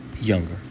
younger